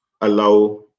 allow